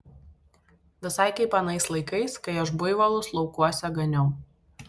visai kaip anais laikais kai aš buivolus laukuose ganiau